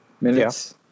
minutes